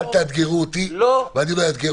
אל תאתגרו אותי ואני לא אאתגר אתכם.